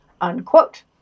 Unquote